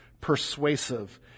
persuasive